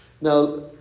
Now